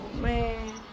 Man